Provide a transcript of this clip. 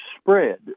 spread